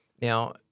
Now